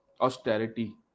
austerity